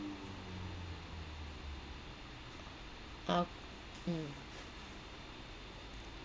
ah mm